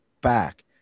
back